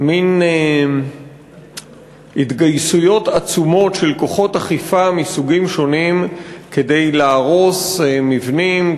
מין התגייסויות עצומות של כוחות אכיפה מסוגים שונים כדי להרוס מבנים,